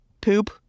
poop